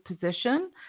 position